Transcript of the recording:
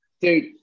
dude